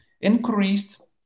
increased